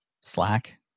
Slack